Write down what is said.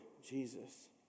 Jesus